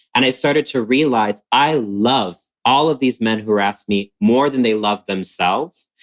and i started to realize i love all of these men who harass me more than they loved themselves.